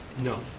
no.